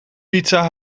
pizza